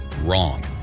Wrong